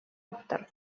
автор